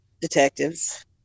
detectives